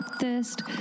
thirst